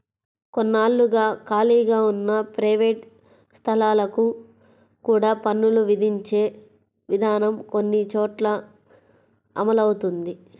కొన్నాళ్లుగా ఖాళీగా ఉన్న ప్రైవేట్ స్థలాలకు కూడా పన్నులు విధించే విధానం కొన్ని చోట్ల అమలవుతోంది